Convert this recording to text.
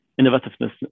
innovativeness